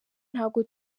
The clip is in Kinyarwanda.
ntabwo